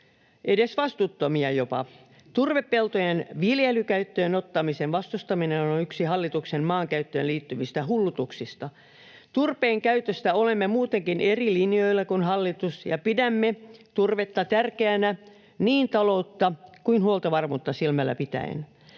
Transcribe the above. edesvastuuttomia. Turvepeltojen viljelykäyttöön ottamisen vastustaminen on yksi hallituksen maankäyttöön liittyvistä hullutuksista. Turpeen käytöstä olemme muutenkin eri linjoilla kuin hallitus, ja pidämme turvetta tärkeänä niin taloutta kuin huoltovarmuutta silmällä pitäen.